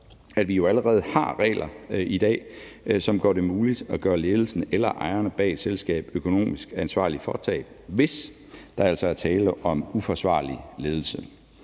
at vi jo allerede har regler i dag, som gør det muligt at gøre ledelsen eller ejerne bag et selskab økonomisk ansvarlige, hvis der altså er tale om uforsvarlig ledelse.